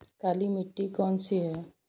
काली मिट्टी कौन सी है?